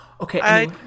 Okay